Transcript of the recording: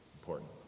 important